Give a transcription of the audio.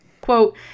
Quote